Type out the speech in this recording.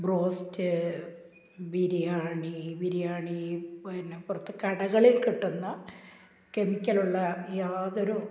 broast biryani biryani പിന്നെ പുറത്ത് കടകളില് കിട്ടുന്ന കെമിക്കലുള്ള യാതൊരു